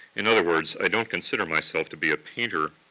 in other words, i don't consider myself to be a painter,